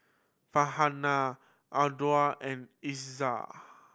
Farhanah Anuar and Izzat